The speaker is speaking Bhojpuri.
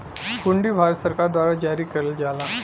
हुंडी भारत सरकार द्वारा जारी करल जाला